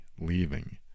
leaving